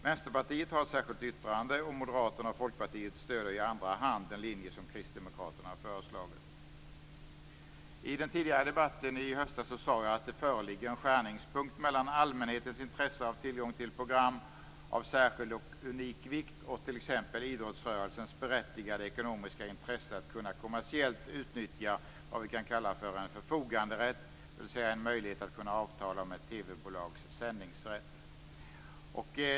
Vänsterpartiet har ett särskilt yttrande, och Moderaterna och Folkpartiet stöder i andra hand den linje som Kristdemokraterna föreslagit. I den tidigare debatten i höstas sade jag att det föreligger en skärningspunkt mellan allmänhetens intresse av tillgång till program av särskild och unik vikt och t.ex. idrottsrörelsens berättigade ekonomiska intresse att kommersiellt kunna utnyttja vad vi kan kalla för en förfoganderätt, dvs. en möjlighet att kunna avtala om ett TV-bolags sändningsrätt.